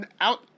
out